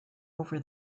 over